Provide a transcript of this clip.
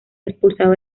expulsado